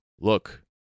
Look